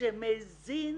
שמזין